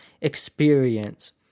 experience